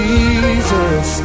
Jesus